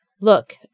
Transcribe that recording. Look